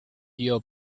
your